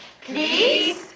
Please